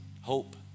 hope